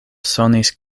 sonis